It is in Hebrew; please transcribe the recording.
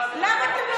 למה אתם לא עוצרים?